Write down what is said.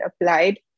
applied